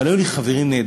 אבל היו לי חברים נהדרים